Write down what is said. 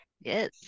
Yes